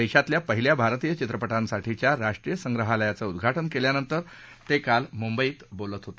देशातल्या पहिल्या भारतीय चित्रपटांसाठीच्या राष्ट्रीय संप्रहालयाचं उद्वाटन केल्यानंतर ते काल मुंबईत बोलत होते